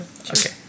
Okay